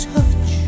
Touch